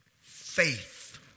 faith